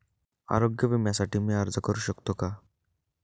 आरोग्य विम्यासाठी मी अर्ज करु शकतो का?